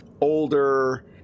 Older